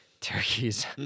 turkeys